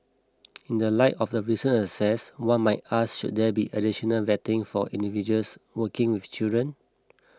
in the light of the one might ask should there be additional vetting for individuals working with children